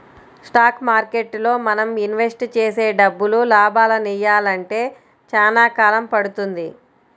stock మార్కెట్టులో మనం invest చేసే డబ్బులు లాభాలనియ్యాలంటే చానా కాలం పడుతుంది